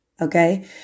okay